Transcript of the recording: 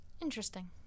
Interesting